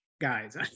guys